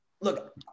look